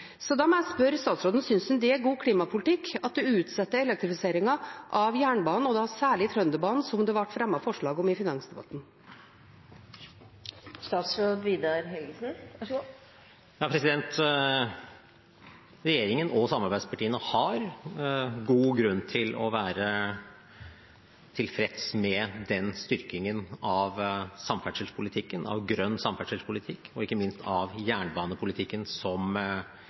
Da må jeg spørre statsråden: Synes han det er god klimapolitikk å utsette elektrifiseringen av jernbanen – og da særlig Trønderbanen – som det ble fremmet forslag om i finansdebatten? Regjeringen og samarbeidspartiene har god grunn til å være tilfreds med den styrkingen av den grønne samferdselspolitikken, og ikke minst av jernbanepolitikken som